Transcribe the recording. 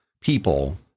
people